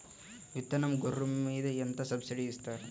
విత్తనం గొర్రు మీద ఎంత సబ్సిడీ ఇస్తారు?